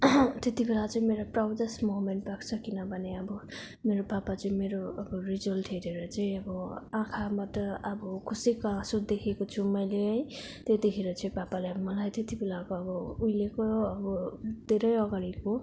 त्यति बेला चाहिँ मेरो प्राउडेस्ट मोमेन्ट भएको छ किनभने अब मेरो पापा चाहिँ मेरो अब रिजल्ट हेरेर चाहिँ अब आँखामा त अब खुसीको आँसु देखेको छु मैले है त्यतिखेर चाहिँ पापाले मलाई त्यति बेलाको अब उहिलेको अब धेरै अगाडिको